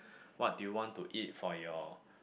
what do you want to eat for your